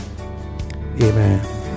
amen